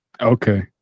Okay